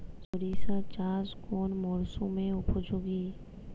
সরিষা চাষ কোন মরশুমে উপযোগী?